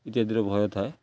ଇତ୍ୟାଦିର ଭୟ ଥାଏ